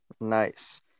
nice